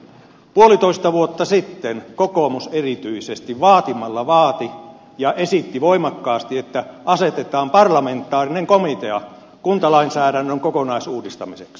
puolitoista vuotta sitten kokoomus erityisesti vaatimalla vaati ja esitti voimakkaasti että asetetaan parlamentaarinen komitea kuntalainsäädännön kokonaisuudistamiseksi